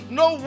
no